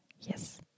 Yes